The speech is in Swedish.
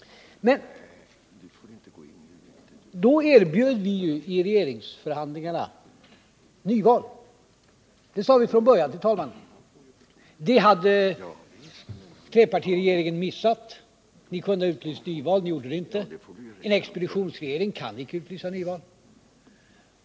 Men vi erbjöd i regeringsförhandlingarna ett nyval, och det sade vi från början till talmannen. Den möjligheten hade trepartiregeringen försummat. Ni kunde ha utlyst nyval men gjorde det inte, och en expeditionsregering kan inte utlysa nyval.